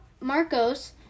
Marcos